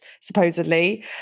supposedly